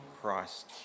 Christ